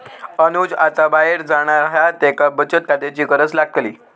अनुज आता बाहेर जाणार हा त्येका बचत खात्याची गरज लागतली